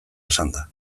esanda